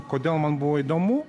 kodėl man buvo įdomu